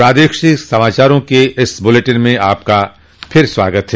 प्रादेशिक समाचारों के इस बुलेटिन में आपका फिर से स्वागत है